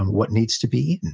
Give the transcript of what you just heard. and what needs to be eaten?